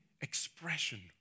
expression